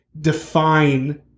define